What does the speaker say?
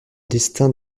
destin